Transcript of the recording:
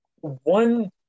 one